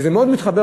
וזה מאוד מתחבר,